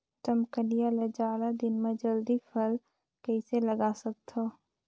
रमकलिया ल जाड़ा दिन म जल्दी फल कइसे लगा सकथव?